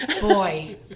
Boy